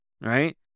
Right